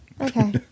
Okay